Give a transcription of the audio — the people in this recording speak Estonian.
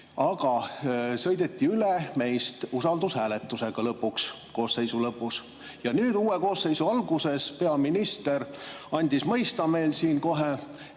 sõideti meist usaldushääletusega üle, koosseisu lõpus. Nüüd uue koosseisu alguses peaminister andis meile siin kohe